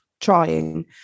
trying